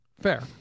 Fair